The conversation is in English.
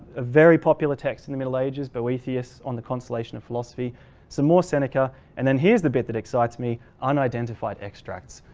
a very, popular text in the middle ages. boethius on the consolation of philosophy some more seneca and then here's the bit that excites me unidentified extracts.